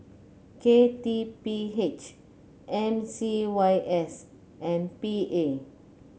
K T P H M C Y S and P A